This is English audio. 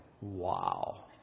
Wow